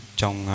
trong